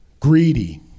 Greedy